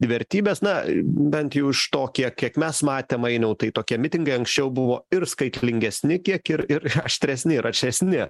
vertybes na bent jau iš to kiek kiek mes matėm ainiau tai tokie mitingai anksčiau buvo ir skaitlingesni kiek ir ir aštresni ir aršesni